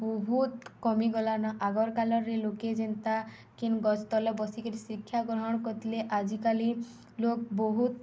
ବହୁତ କମି ଗଲାନ ଆଗର କାରେ ଲୋକେ ଯେନ୍ତା କେନ୍ ଗଛ ତଲ ବସିକିରି ଶିକ୍ଷା ଗ୍ରହଣ କରିଥିଲେ ଆଜିକାଲି ଲୋକ ବହୁତ